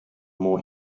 more